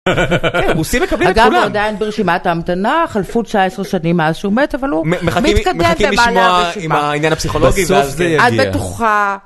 אגב הוא עדיין ברשימת המתנה, חלפות 19 שנים מאז שהוא מת, אבל הוא מתקדם במעלה הרשימה. מחכים לשמוע בעניין הפסיכולוגי. בסוף זה יגיע. את בטוחה.